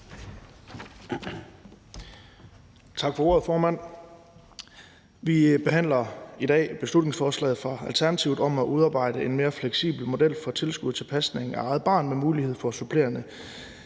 Tak for ordet, formand. Vi behandler i dag beslutningsforslaget fra Alternativet om at udarbejde en mere fleksibel model for tilskud til pasning af eget barn med mulighed for supplerende